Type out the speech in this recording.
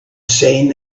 seen